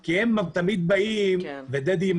כי הם תמיד באים דדי,